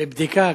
בבדיקה.